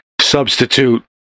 substitute